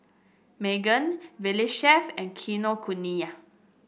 Megan Valley Chef and Kinokuniya